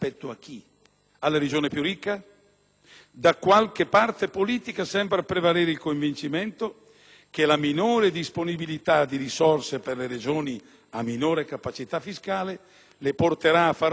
Da qualche parte politica sembra prevalere il convincimento che la minore disponibilità di risorse per le regioni a minore capacità fiscale, le porterà a far perno sulle loro potenzialità inespresse,